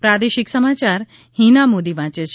પ્રાદેશિક સમાચાર હિના મોદી વાંચે છે